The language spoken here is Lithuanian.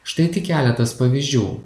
štai tik keletas pavyzdžių